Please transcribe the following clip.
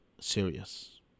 serious